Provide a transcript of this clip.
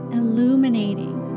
illuminating